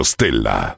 Stella